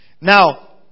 Now